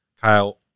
Kyle